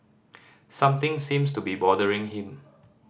something seems to be bothering him